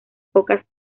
pocas